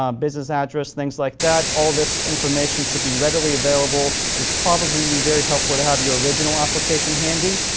um business address, things like that. all this information should be readily available and would probably be very helpful to have your original application handy.